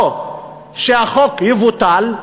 או שהחוק יבוטל,